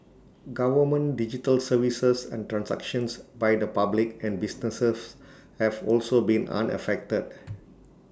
government digital services and transactions by the public and businesses have also been unaffected